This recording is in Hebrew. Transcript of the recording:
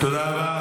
תודה רבה.